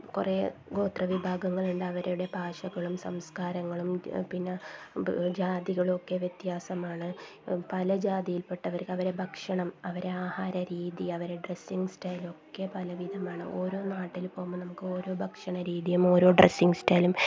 കുറേ ഗോത്ര വിഭാഗങ്ങളുണ്ട് അവരുടെ ഭാഷകളും സംസ്കാരങ്ങളും പിന്നെ ജാതികളും ഒക്കെ വ്യത്യാസമാണ് പല ജാതിയിൽപ്പെട്ടവര് അവരുടെ ഭക്ഷണം അവരുടെ ആഹാര രീതി അവരുടെ ഡ്രസ്സിങ് സ്റ്റൈൽ ഒക്കെ പലവിധമാണ് ഓരോ നാട്ടില് പോകുമ്പോള് നമുക്ക് ഓരോ ഭക്ഷണ രീതിയും ഓരോ ഡ്രസ്സിങ് സ്റ്റൈലും